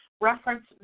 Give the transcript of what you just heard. Reference